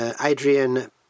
Adrian